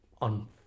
on